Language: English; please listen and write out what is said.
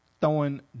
throwing